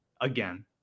again